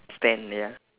stand ya